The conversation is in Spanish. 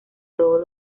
todos